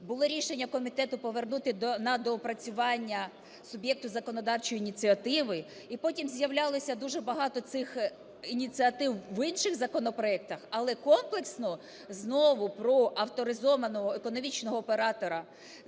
було рішення комітету повернути на доопрацювання суб'єкту законодавчої ініціативи. І потім з'являлося дуже багато цих ініціатив в інших законопроектах, але комплексно знову про авторизованого економічного оператора замість